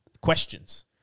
questions